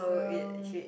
well